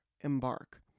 embark